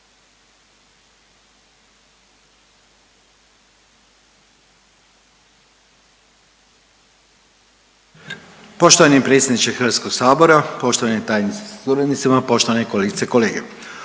Poštovani predsjedniče HS-a, poštovani tajnice sa suradnicima, poštovane kolegice i kolege.